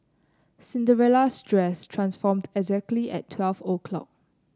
Cinderella's dress transformed exactly at twelve o'clock